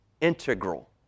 integral